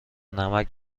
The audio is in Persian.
نمک